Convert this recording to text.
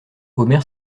omer